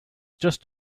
just